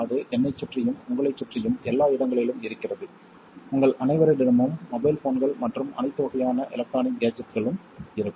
அது என்னைச் சுற்றியும் உங்களைச் சுற்றியும் எல்லா இடங்களிலும் இருக்கிறது உங்கள் அனைவரிடமும் மொபைல் போன்கள் மற்றும் அனைத்து வகையான எலெக்ட்ரானிக் கேஜெட்களும் இருக்கும்